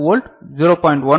2 volt 0